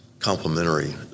Complementary